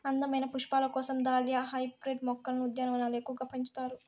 అందమైన పుష్పాల కోసం దాలియా హైబ్రిడ్ మొక్కలను ఉద్యానవనాలలో ఎక్కువగా పెంచుతారు